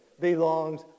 belongs